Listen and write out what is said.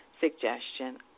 suggestion